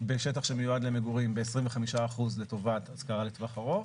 בשטח שמיועד למגורים ב 25% לטובת השכרה לטווח ארוך,